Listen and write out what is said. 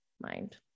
mind